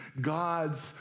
God's